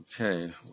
Okay